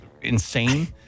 insane